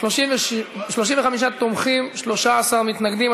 35 תומכים, 13 מתנגדים.